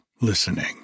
listening